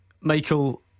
Michael